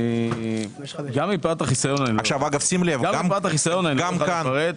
מפאת החיסיון אני לא יכול לפרט.